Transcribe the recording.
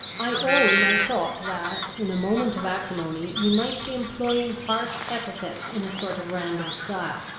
i own i thought that, in a moment of acrimony, you might be employing harsh epithets in a sort of random style.